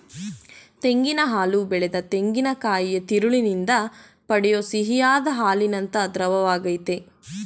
ತೆಂಗಿನ ಹಾಲು ಬೆಳೆದ ತೆಂಗಿನಕಾಯಿಯ ತಿರುಳಿನಿಂದ ಪಡೆಯೋ ಸಿಹಿಯಾದ್ ಹಾಲಿನಂಥ ದ್ರವವಾಗಯ್ತೆ